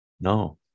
No